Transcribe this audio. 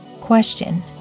Question